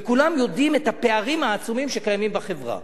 וכולם יודעים את הפערים העצומים שקיימים בחברה.